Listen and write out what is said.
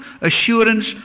assurance